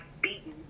beaten